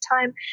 time